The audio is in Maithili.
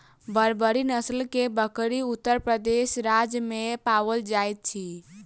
बर्बरी नस्ल के बकरी उत्तर प्रदेश राज्य में पाओल जाइत अछि